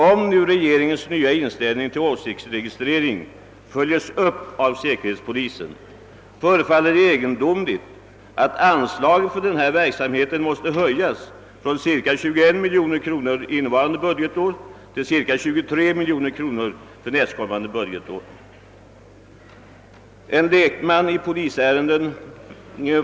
Om nu regeringens nya inställning till åsiktsregistrering följes upp av säkerhetspolisen, förefaller det egendomligt att anslaget för dennas verksamhet måste höjas från cirka 21 miljoner kronor innevarande budgetår till cirka 23 miljoner kronor för nästkommande budgetår.